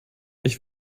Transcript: ich